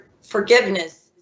Forgiveness